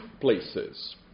places